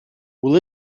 will